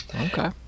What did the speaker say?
Okay